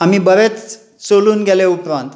आमी बरेच चलून गेले उपरांत